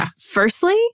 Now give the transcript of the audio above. Firstly